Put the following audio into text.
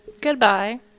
goodbye